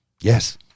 yes